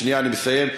שנייה, אני מסיים.